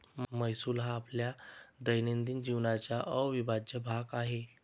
महसूल हा आपल्या दैनंदिन जीवनाचा अविभाज्य भाग आहे